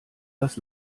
das